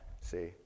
see